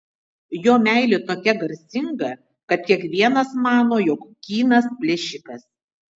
jo meilė tokia garsinga kad kiekvienas mano jog kynas plėšikas